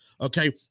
okay